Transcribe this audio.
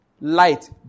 Light